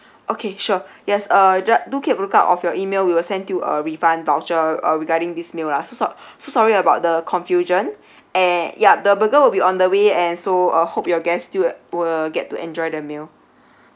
okay sure yes uh ju~ do keep a lookout of your email we will send you a refund voucher uh regarding this meal lah so so~ so sorry about the confusion and ya the burger will be on the way and so uh hope your guests still will get to enjoy their meal